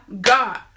God